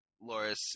loris